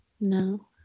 No